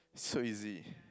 so easy